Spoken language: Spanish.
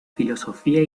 filosofía